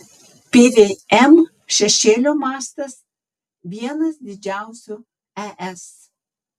pvm šešėlio mastas vienas didžiausių es